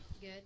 Good